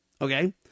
Okay